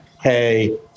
hey